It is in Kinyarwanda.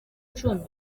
cumi